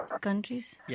countries